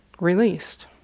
released